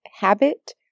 habit